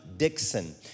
Dixon